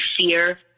fear